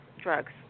Drugs